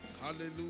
Hallelujah